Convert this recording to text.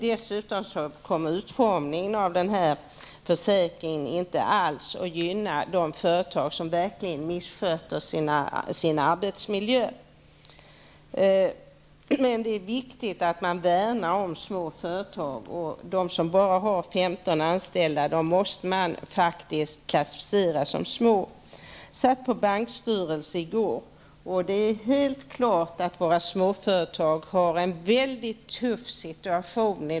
Dessutom vill jag peka på utformningen av den här försäkringen, som inte alls gynnar företag som verkligen missköter sin arbetsmiljö. Det är viktigt att värna om de små företagen. Företag med endast 15 anställa måste faktiskt klassificeras som små företag. I går satt jag med på ett möte i en bankstyrelse, och jag måste säga att det är helt klart att småföretagen i vårt land i dag befinner sig i en mycket tuff situation.